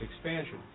expansion